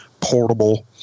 portable